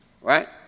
Right